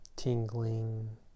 Tingling